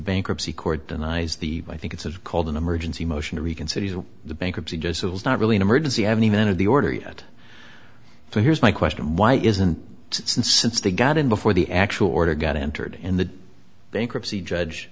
bankruptcy court denies the i think it's called an emergency motion to reconsider the bankruptcy just not really an emergency haven't even of the order yet so here's my question why isn't it since since they got in before the actual order got entered in the bankruptcy judge